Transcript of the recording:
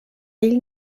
ell